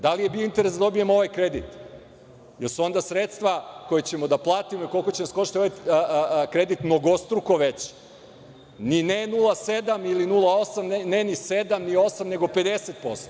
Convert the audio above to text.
Da li je bio interes da dobijemo ovaj kredit, jer su onda sredstva koja ćemo da platimo koliko će nas koštati ovaj kredit mnogostruko veća, ne 7, 8 nego 50%